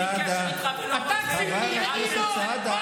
איתך, אין לי קשר